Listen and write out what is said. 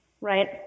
right